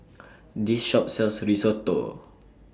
This Shop sells Risotto